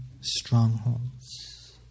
strongholds